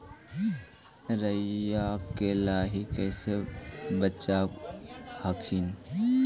राईया के लाहि कैसे बचाब हखिन?